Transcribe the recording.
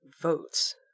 votes